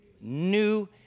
new